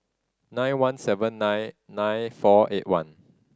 nine one seven nine nine four eight one